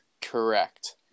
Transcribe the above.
Correct